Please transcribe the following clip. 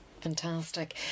Fantastic